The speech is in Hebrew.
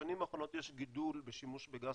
בשנים האחרונות יש גידול בשימוש בגז